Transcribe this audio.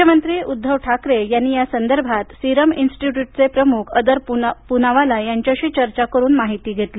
मुख्यमंत्री उद्धव ठाकरे यांनी या संदर्भात सिरम इन्स्टिट्यूटचे प्रमुख अदर पुनावाला यांच्याशी चर्चा करून माहिती घेतली